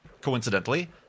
coincidentally